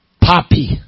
Poppy